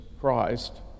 Christ